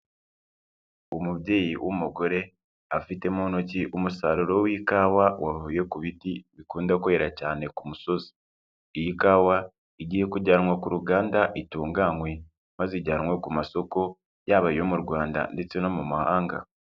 Umubyeyi w'umugore, afite mu ntoki umusaruro w'ikawa wavuye ku biti bikunda kwera cyane k'umusozi. Iyi kawa, igiye kujyanwa ku ruganda itunganywe maze ijyanwe ku masoko, yaba ayo mu Rwanda ndetse no mu mahanga.